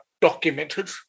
documented